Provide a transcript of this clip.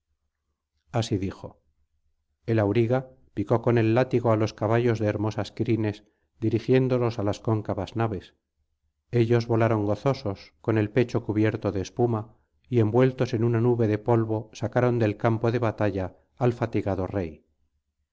así dijo el auriga picó con el látigo á los caballos de hermosas crines dirigiéndolos á las cóncavas naves ellos volaron gozosos con el pecho cubierto de espuma y envueltos en una nube de polvo sacaron del campo de la batalla al fatigado rey